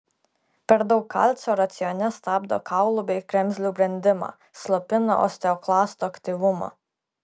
per daug kalcio racione stabdo kaulų bei kremzlių brendimą slopina osteoklastų aktyvumą